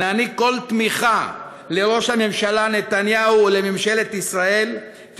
נעניק לראש הממשלה נתניהו ולממשלת ישראל כל